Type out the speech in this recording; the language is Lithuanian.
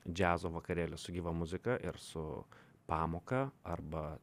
džiazo vakarėlius su gyva muzika ir su pamoka arba